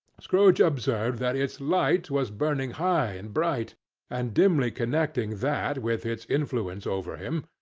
scrooge observed that its light was burning high and bright and dimly connecting that with its influence over him,